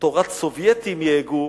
"תורת סובייטים יהגו",